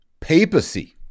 papacy